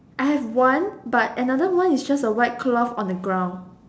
I have one but another one is just a white cloth on the ground